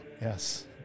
Yes